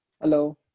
Hello